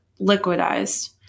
liquidized